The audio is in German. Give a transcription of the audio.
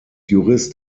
jurist